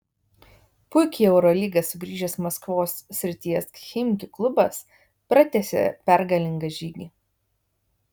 puikiai į eurolygą sugrįžęs maskvos srities chimki klubas pratęsė pergalingą žygį